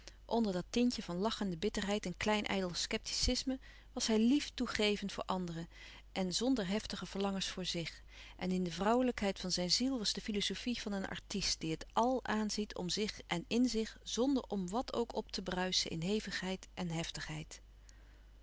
onder dat tintje van lachende bitterheid en klein ijdel scepticisme was hij lief toegevend voor anderen en zonder heftige verlangens voor zich en in de vrouwelijkheid van zijn ziel was de filozofie van een artiest die het àl aanziet om zich en in zich zonder om wat ook op te bruischen in hevigheid en heftigheid